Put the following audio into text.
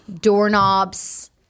doorknobs